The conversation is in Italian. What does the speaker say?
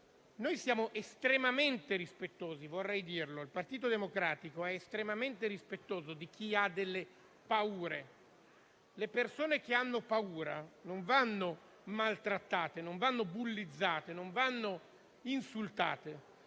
Noi siamo estremamente rispettosi, vorrei ribadirlo. Il Partito Democratico è estremamente rispettoso di chi ha delle paure. Le persone che hanno paura non vanno maltrattate, non vanno bullizzate, non vanno insultate.